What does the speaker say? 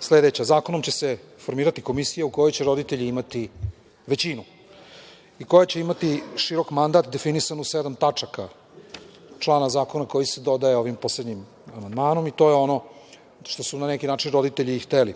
sledeća. Zakonom će se formirati komisija u kojoj će roditelji imati većinu i koja će imati širok mandat definisan u sedam tačaka člana zakona koji se dodaje ovim poslednjim amandmanom i to je ono što su na neki način roditelji i hteli,